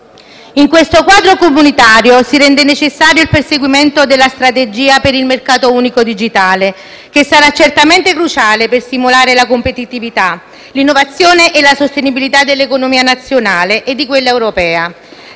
In questo quadro comunitario si rende necessario il perseguimento della strategia per il mercato unico digitale, che sarà certamente cruciale per stimolare la competitività, l'innovazione e la sostenibilità dell'economia nazionale e di quella europea.